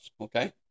okay